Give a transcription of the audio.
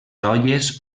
olles